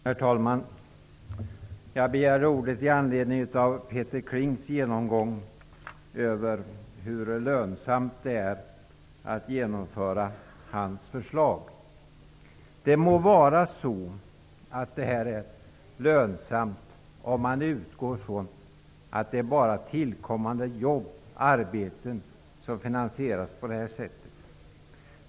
Herr talman! Jag begärde ordet i anledning av Peter Klings genomgång över hur lönsamt det är att genomföra hans förslag. Det må vara så att det är lönsamt om man utgår från att det bara är tillkommande arbeten som skall finansieras på det sätt han föreslår.